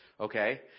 Okay